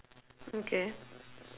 okay